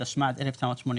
התשמ"ד-1984,